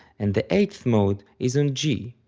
and the eight mode is on g,